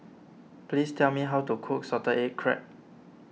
please tell me how to cook Salted Egg Crab